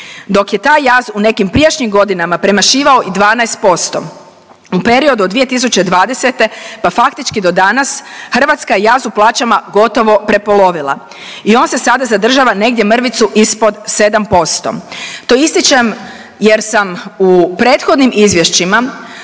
dok je taj jaz u nekim prijašnjim godinama premašivao i 12%. U periodu od 2020. pa faktički do danas, Hrvatska je jaz u plaćama gotovo prepolovila i on se sada zadržava negdje mrvicu ispod 7%. To ističem jer sam u prethodnim izvješćima